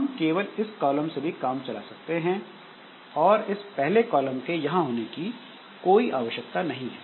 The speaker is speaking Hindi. हम केवल इस कॉलम से भी काम चला सकते हैं और इस पहले कॉलम के यहां होने की कोई आवश्यकता नहीं है